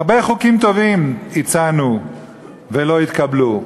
הרבה חוקים טובים הצענו והם לא התקבלו.